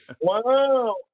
Wow